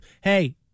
hey